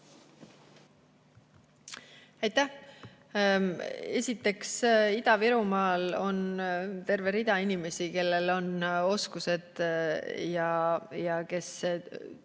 Aitäh! Esiteks, Ida-Virumaal on terve rida inimesi, kellel on need oskused ja kes